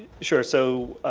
sure, so,